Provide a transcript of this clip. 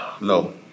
No